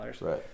Right